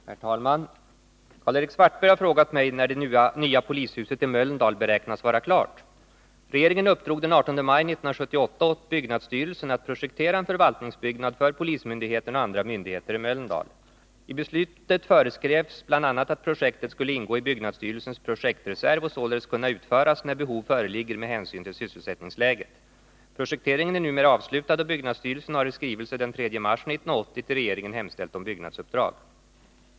Fru talman! Wivi-Anne Cederqvist har frågat arbetsmarknadsministern om han avser att i nuvarande läge snabbt ge klartecken för byggstart av ett nytt polishus i Sandviken. Arbetet inom regeringen är så fördelat att det är jag som skall svara på frågan. Regeringen uppdrog den 12 maj 1977 åt byggnadsstyrelsen att projektera en förvaltningsbyggnad för polisoch åklagarväsendena i Sandviken. I beslutet föreskrevs bl.a. att projektet skulle ingå i byggnadsstyrelsens projektreserv och således kunna utföras när behov föreligger med hänsyn till sysselsättningsläget. Projekteringen är numera avslutad och byggnadsstyrelsen har i en skrivelse den 3 juli 1978 till regeringen hemställt om byggnadsuppdrag.